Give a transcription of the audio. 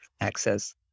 access